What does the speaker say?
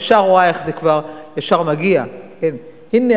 אני ישר רואה איך זה כבר מגיע: הנה,